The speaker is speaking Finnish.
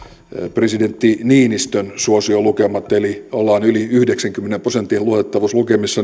presidentti niinistön suosion lukemat eli kun ollaan yli yhdeksänkymmenen prosentin luotettavuuslukemissa